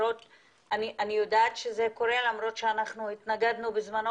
אני יודעת שזה קורה למרות שאנחנו התנגדנו בזמנו